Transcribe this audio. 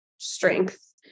Strength